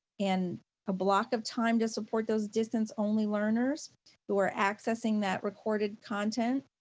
and a block of time to support those distance only learners who are accessing that recorded content,